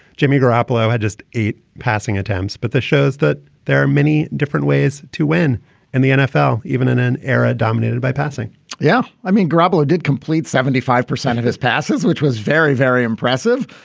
jimmy garoppolo had just eight passing attempts. but this shows that there are many different ways to win in the nfl, even in an era dominated by passing yeah. i mean, grappler did complete seventy five percent of his passes, which was very, very impressive.